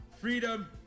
freedom